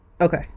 Okay